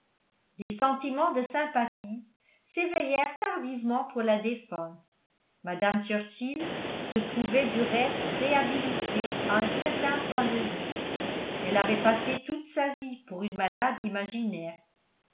des sentiments de sympathie s'éveillèrent tardivement pour la défunte mme churchill se trouvait du reste réhabilité à un certain point de vue elle avait passé toute sa vie pour une malade imaginaire